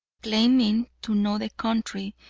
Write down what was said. claiming to know the country,